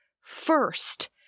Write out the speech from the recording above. first